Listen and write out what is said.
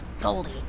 Goldie